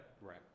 right